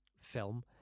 film